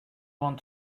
want